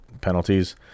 penalties